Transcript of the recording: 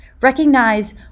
Recognize